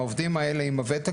העובדים האלה עם הותק,